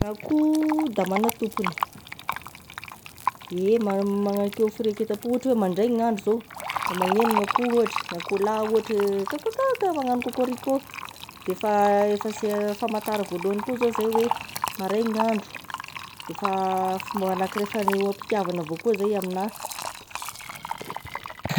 Akoho da magna-tompony, ie magna- magnankeo firaketam-po ohatry oe mandraigny gn'andro zao da magneno gn'akoho ohatra, ny ankoho lahy ohatry kakakaka magnano kôkôrikô, da efa efa- se famantara voalohany koa zao zey, hoe marainy gn'andro, de efa fomba anakiray fanehoam-pitivagna avao koa zey aminahy.